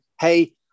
hey